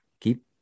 Keep